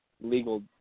legal